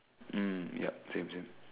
mm yup same same